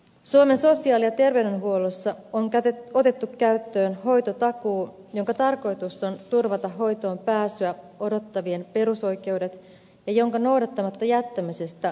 suomen sosiaali ja terveydenhuollossa on otettu käyttöön hoitotakuu jonka tarkoitus on turvata hoitoonpääsyä odottavien perusoikeudet ja jonka noudattamatta jättämisestä saa sakot